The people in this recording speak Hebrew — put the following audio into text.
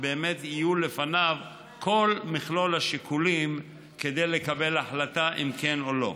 באמת יהיו לפניו כל מכלול השיקולים כדי לקבל החלטה אם כן או לא?